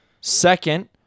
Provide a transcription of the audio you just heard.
Second